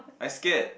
I scared